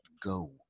go